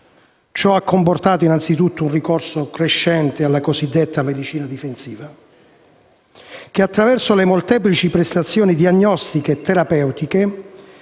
Ciò ha comportato innanzi tutto un ricorso crescente alla cosiddetta medicina difensiva che, attraverso le molteplici prestazioni diagnostiche e terapeutiche,